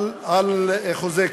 על חוזה כזה.